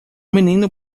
menino